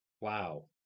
Wow